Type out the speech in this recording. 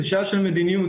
זאת שאלה של מדיניות.